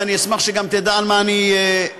ואני אשמח שגם תדע על מה אני מדבר.